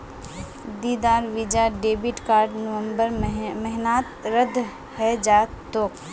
दीदीर Visa debit card नवंबर महीनात रद्द हइ जा तोक